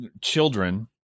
children